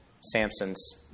Samson's